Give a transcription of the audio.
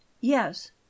yes